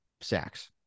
sacks